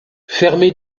fermé